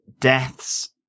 Deaths